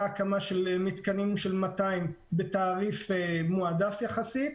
הקמה של מתקנים של 200 בתעריף מועדף יחסית,